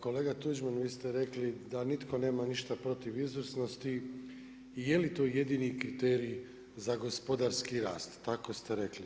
Kolega Tuđman vi ste rekli da nitko nema ništa protiv izvrsnosti je li to jedini kriterij za gospodarski rast tako ste rekli.